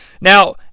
Now